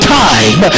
time